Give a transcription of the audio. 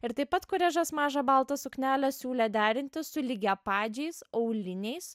ir taip pat kurežas mažą baltą suknelę siūlė derinti su lygiapadžiais auliniais